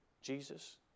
Jesus